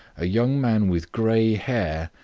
a young man with grey hair.